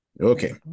Okay